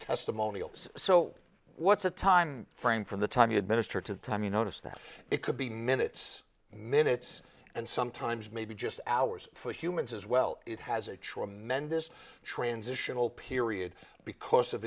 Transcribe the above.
testimonial so what's a time frame from the time you administer to the time you notice that it could be minutes minutes and sometimes maybe just hours for humans as well it has a tremendous transitional period because of